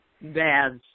baths